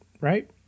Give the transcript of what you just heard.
right